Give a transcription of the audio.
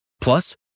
Plus